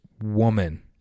woman